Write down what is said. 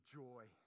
joy